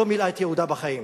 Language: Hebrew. ש"ס לא מילאה את ייעודה בחיים,